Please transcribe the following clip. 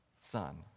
son